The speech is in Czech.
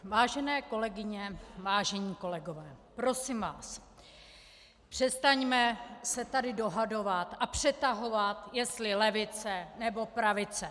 Vážené kolegyně, vážení kolegové, prosím vás, přestaňme se tady dohadovat a přetahovat, jestli levice, nebo pravice.